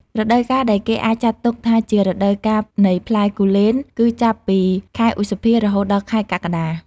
រដូវកាលដែលគេអាចចាត់ទុកថាជារដូវកាលនៃផ្លែគូលែនគឺចាប់ពី ខែឧសភា រហូតដល់ខែកក្កដា។